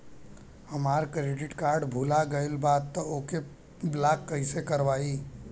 हमार credit card भुला गएल बा त ओके ब्लॉक कइसे करवाई?